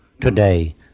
today